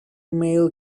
male